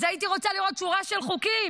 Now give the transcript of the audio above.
אז הייתי רוצה לראות שורה של חוקים